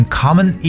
common